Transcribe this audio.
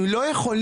אנחנו לא יכולים,